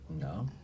No